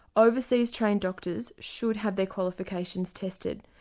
overseas trained doctors should have their qualifications tested,